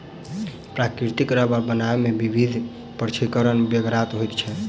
प्राकृतिक रबर बनयबा मे विधिवत प्रशिक्षणक बेगरता होइत छै